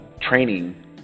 training